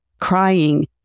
crying